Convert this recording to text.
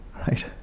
Right